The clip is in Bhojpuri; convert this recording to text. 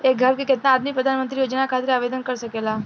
एक घर के केतना आदमी प्रधानमंत्री योजना खातिर आवेदन कर सकेला?